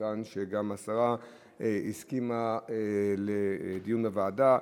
מכיוון שגם השרה הסכימה לדיון בוועדה.